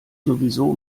sowieso